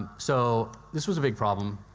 so this was a big problem.